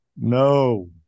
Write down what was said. No